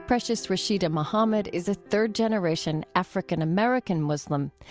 precious rasheeda muhammad is a third generation african-american muslim.